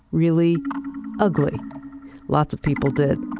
really ugly lots of people did.